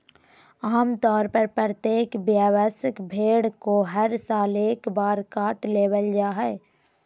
आम तौर पर प्रत्येक वयस्क भेड़ को हर साल एक बार काट लेबल जा हइ